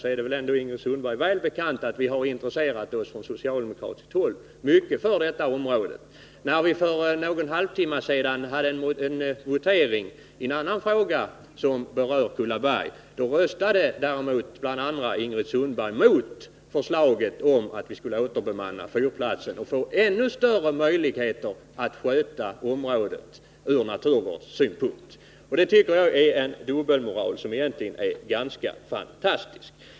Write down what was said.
Men det är väl ändå Ingrid Sundberg väl bekant att vi från socialdemokratiskt håll mycket har intresserat oss för detta område. När vi för någon halvtimme sedan hade votering i en annan fråga som berör Kullaberg röstade däremot bl.a. Ingrid Sundberg mot förslaget att vi skulle återbemanna fyrplatsen och därmed få ännu större möjligheter att från naturvårdssynpunkt sköta området. Det visar prov på en dubbelmoral som egentligen är ganska fantastisk.